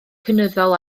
cynyddol